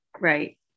Right